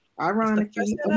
Ironically